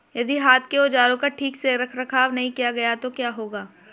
यदि हाथ के औजारों का ठीक से रखरखाव नहीं किया गया तो क्या होगा?